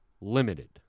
limited